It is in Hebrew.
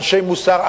אנשי מוסר.